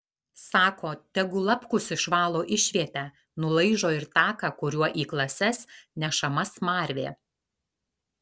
sako tegu lapkus išvalo išvietę nulaižo ir taką kuriuo į klases nešama smarvė